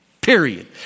period